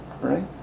right